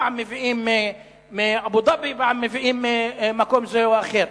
פעם מאבו-דאבי ופעם ממקום זה או אחר.